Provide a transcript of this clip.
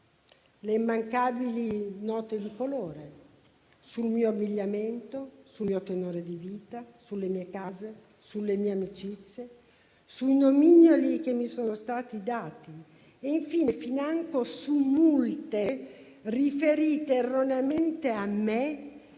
Le immancabili note di colore sul mio abbigliamento, sul mio tenore di vita, sulle mie case, sulle mie amicizie, sui nomignoli che mi sono stati dati e, infine, financo su multe riferite erroneamente a me per